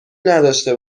نداشته